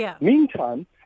Meantime